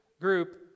group